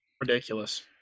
ridiculous